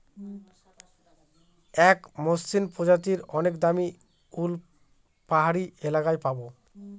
এক মসৃন প্রজাতির অনেক দামী উল পাহাড়ি এলাকায় পাবো